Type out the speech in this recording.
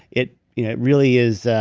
it you know really is.